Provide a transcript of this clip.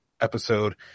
episode